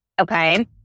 Okay